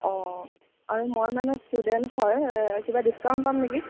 অঁ আৰু মই মানে ষ্টুডেণ্ট হয় কিবা ডিছকাউণ্ট পাম নেকি